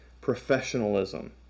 professionalism